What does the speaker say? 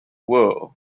world